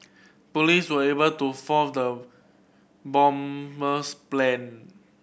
police were able to foil the bomber's plan